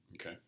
okay